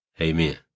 Amen